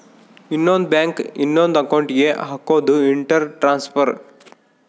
ಇನ್ನೊಂದ್ ಬ್ಯಾಂಕ್ ನ ಇನೊಂದ್ ಅಕೌಂಟ್ ಗೆ ಹಕೋದು ಇಂಟರ್ ಟ್ರಾನ್ಸ್ಫರ್